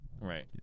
Right